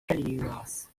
eliras